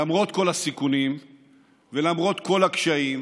למרות כל הסיכונים ולמרות כל הקשיים,